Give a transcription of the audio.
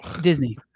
Disney